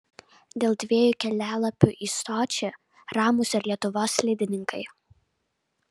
dėl dviejų kelialapių į sočį ramūs ir lietuvos slidininkai